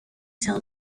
cell